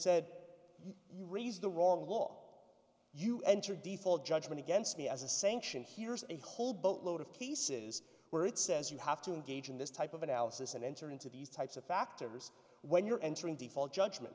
hey you raise the wrong law you enter default judgment against me as a sanction here's a whole boatload of cases where it says you have to engage in this type of analysis and enter into these types of factors when you're entering default judgment